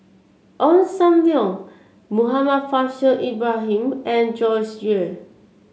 Ong Sam Leong Muhammad Faishal Ibrahim and Joyce Jue